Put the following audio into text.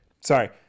Sorry